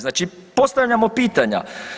Znači postavljamo pitanja.